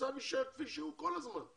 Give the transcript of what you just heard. המצב יישאר כפי שהוא כל הזמן.